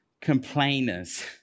complainers